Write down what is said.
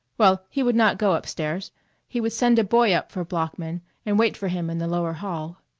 well, he would not go up-stairs he would send a boy up for bloeckman and wait for him in the lower hall.